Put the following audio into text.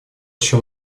еще